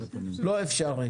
לא אפשרית.